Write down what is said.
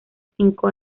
cinco